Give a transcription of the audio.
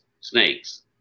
snakes